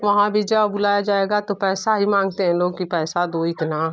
वहाँ भी जाओ बुलाया जाएगा तो पैसा ही माँगते हैं लोग कि पैसा दो इतना